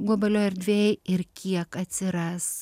globalioj erdvėj ir kiek atsiras